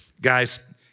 Guys